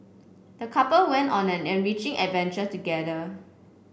the couple went on an enriching adventure together